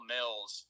Mills